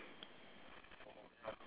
K one two three